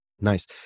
Nice